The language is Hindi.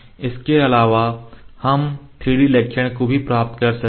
इसके अलावा हम 3D लक्षण भी प्राप्त कर सकते हैं